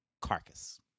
carcass